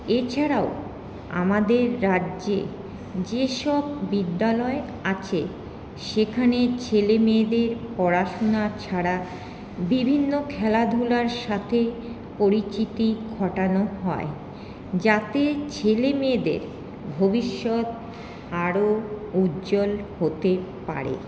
এছাড়াও আমাদের রাজ্যে যেসব বিদ্যালয় আছে সেখানে ছেলেমেয়েদের পড়াশুনা ছাড়া বিভিন্ন খেলাধুলার সাথে পরিচিতি ঘটানো হয় যাতে ছেলেমেয়েদের ভবিষ্যৎ আরো উজ্জ্বল হতে পারে